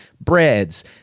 breads